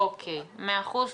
אוקיי, מאה אחוז.